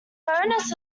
bonus